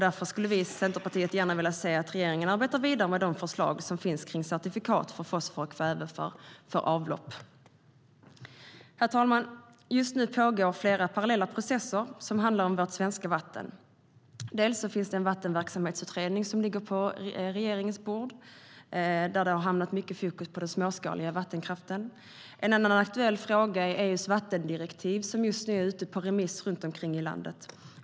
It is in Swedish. Därför skulle vi i Centerpartiet gärna vilja se att regeringen arbetar vidare med de förslag som finns om certifikat för fosfor och kväve för avlopp. Herr talman! Just nu pågår flera parallella processer som handlar om vårt svenska vatten. En vattenverksamhetsutredning ligger på regeringens bord som har haft mycket fokus på den småskaliga vattenkraften. En annan aktuell fråga är EU:s vattendirektiv, som just nu är ute på remiss runt omkring i landet.